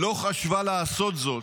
לא חשבה לעשות זאת,